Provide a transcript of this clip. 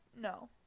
no